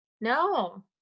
no